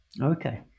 okay